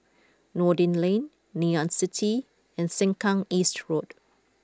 Noordin Lane Ngee Ann City and Sengkang East Road